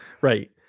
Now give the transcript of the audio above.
Right